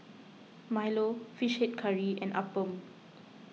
Milo Fish Head Curry and Appam